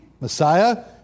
Messiah